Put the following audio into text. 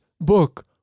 book